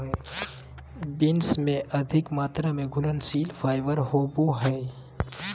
beans में अधिक मात्रा में घुलनशील फाइबर होवो हइ